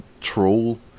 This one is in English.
troll